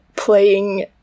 playing